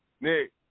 Nick